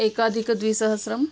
एकाधिकद्विसहस्रम्